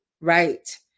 Right